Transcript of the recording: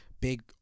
big